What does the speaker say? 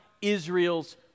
Israel's